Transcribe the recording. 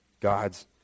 God's